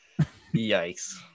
Yikes